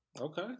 okay